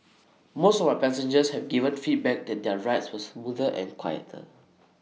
most of my passengers have given feedback that their rides were smoother and quieter